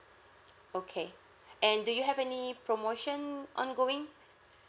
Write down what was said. okay and do you have any promotion ongoing